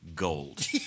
gold